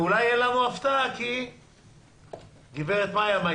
אולי תהיה לנו הפתעה כי גברת מיה פרי אלתרמן מן